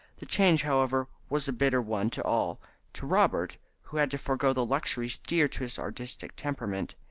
the change, however, was a bitter one to all to robert, who had to forego the luxuries dear to his artistic temperament,